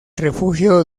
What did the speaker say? refugio